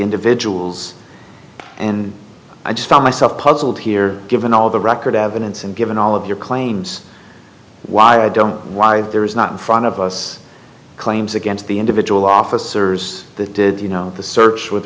individuals and i just found myself puzzled here given all the record evidence and given all of your claims while i don't know why there is not in front of us claims against the individual officers that did you know the search with